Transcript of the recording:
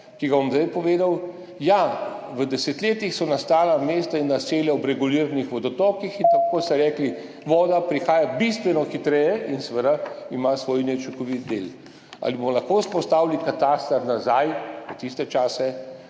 ki ga bom zdaj povedal. V desetletjih so nastala mesta in naselja ob reguliranih vodotokih, in tako kot ste rekli, voda prihaja bistveno hitreje in seveda ima svoj neučinkoviti del. Ali bomo lahko vzpostavili kataster nazaj v tiste čase?